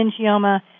meningioma